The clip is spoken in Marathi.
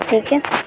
ठीक आहे